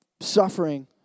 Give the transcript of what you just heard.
suffering